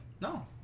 No